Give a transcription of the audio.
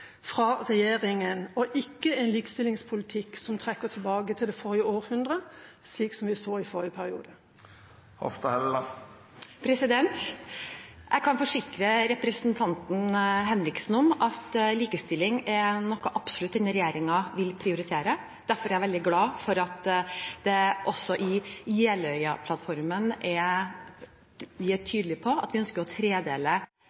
fra regjeringa, og ikke en likestillingspolitikk som trekker oss tilbake til det forrige århundre, slik vi så i forrige periode. Jeg kan forsikre representanten Henriksen om at likestilling er noe denne regjeringen absolutt vil prioritere. Derfor er jeg veldig glad for at vi også i Jeløya-plattformen er tydelig på at vi ønsker å tredele foreldrepermisjonen fordi vi mener det er